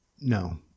No